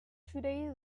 today